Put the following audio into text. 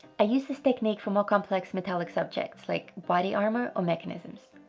i use this technique for more complex metallic subjects like body armor or mechanisms.